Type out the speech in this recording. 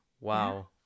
Wow